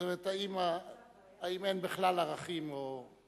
זאת אומרת, האם אין בכלל ערכים או,